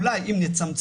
אולי אם נצמצם,